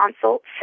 consults